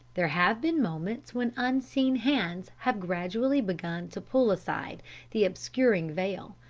there have been moments when unseen hands have gradually begun to pull aside the obscuring veil,